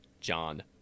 john